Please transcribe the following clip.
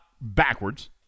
backwards